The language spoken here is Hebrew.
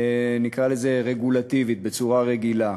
נקרא לזה רגולטיבית, בצורה רגילה.